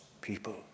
people